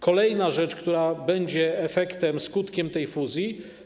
Kolejna rzecz, która będzie efektem, skutkiem tej fuzji.